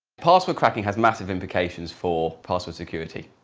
password cracking has massive implications for password security.